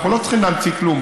אנחנו לא צריכים להמציא כלום,